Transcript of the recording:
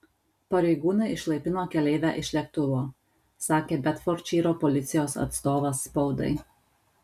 pareigūnai išlaipino keleivę iš lėktuvo sakė bedfordšyro policijos atstovas spaudai